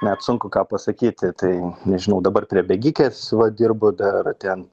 net sunku ką pasakyti tai nežinau dabar prie bėgikės va dirbu dar ten